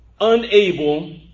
unable